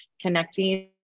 connecting